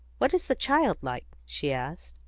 what is the child like? she asked.